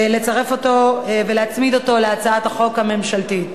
לצרף אותו ולהצמיד אותו להצעת החוק הממשלתית,